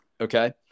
Okay